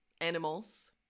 animals